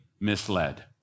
misled